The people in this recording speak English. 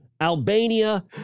Albania